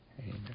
Amen